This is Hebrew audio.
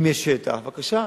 אם יש שטח, בבקשה.